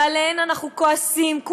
ועליהן אנחנו כועסים,